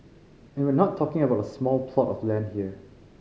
and we're not talking about a small plot of land here